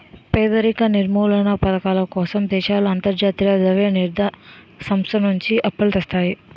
పేదరిక నిర్మూలనా పధకాల కోసం దేశాలు అంతర్జాతీయ ద్రవ్య నిధి సంస్థ నుంచి అప్పులు తెస్తాయి